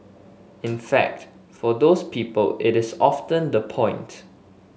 in fact for those people it is often the point